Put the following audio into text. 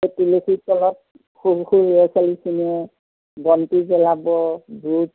এই তুলসীৰ তলত সৰু সৰু ল'ৰা ছোৱালীখিনিয়ে বন্তি জ্বলাব বুট